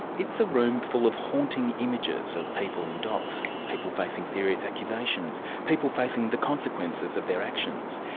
it's a room full of haunting images of people in docks, people facing serious accusations, people facing the consequences of their actions.